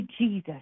Jesus